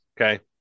Okay